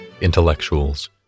Intellectuals